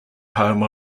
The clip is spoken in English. home